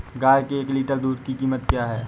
गाय के एक लीटर दूध की कीमत क्या है?